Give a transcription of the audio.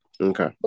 Okay